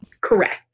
Correct